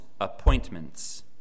appointments